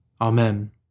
Amen